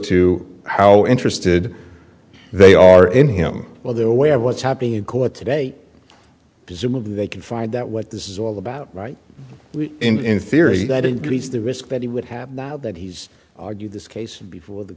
to how interested they are in him well they're aware of what's happening in court today presumably they can find that what this is all about right in theory that increase the risk that he would have that he's argued this case before the